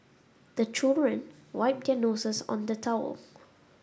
the children wipe their noses on the towel